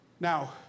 Now